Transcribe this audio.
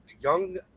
young